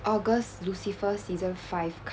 august lucifer season five